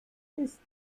ist